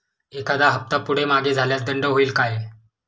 एखादा हफ्ता पुढे मागे झाल्यास दंड होईल काय?